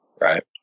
Right